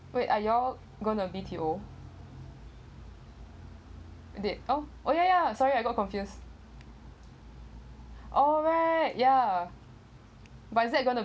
wait are you all going to B_T_O they oh oh ya ya sorry I got confused oh right ya but it's that going to